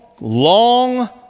long